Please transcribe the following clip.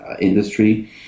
industry